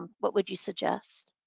ah what would you suggest?